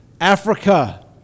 Africa